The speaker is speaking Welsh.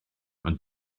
ond